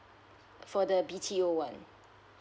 for the B_T_O one